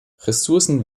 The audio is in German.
ressourcen